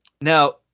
Now